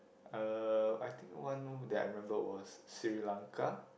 uh I think one that I remembered was Sri-Lanka